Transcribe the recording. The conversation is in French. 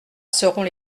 seront